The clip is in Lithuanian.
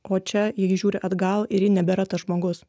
o čia į ji žiūri atgal ir ji nebėra tas žmogus